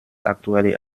aktuelle